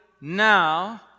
now